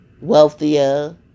wealthier